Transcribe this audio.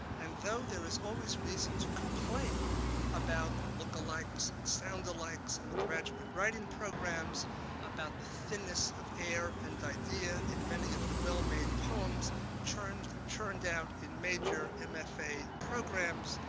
and though there is always reason to complain about look-alikes and sound-alikes in the graduate writing programs about the thinness of air and idea in many of the well-made poems churned churned out in major and mfa programs,